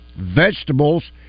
Vegetables